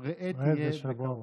נכון, ראה תהיה בשבוע הבא.